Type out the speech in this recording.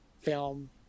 film